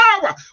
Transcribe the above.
power